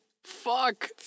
Fuck